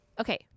Okay